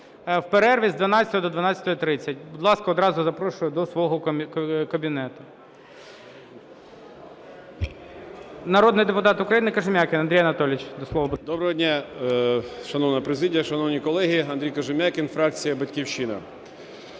Доброго дня, шановна президія, шановні колеги! Андрій Кожем'якін, фракція "Батьківщина".